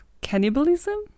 cannibalism